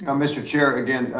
um mr. chair, again,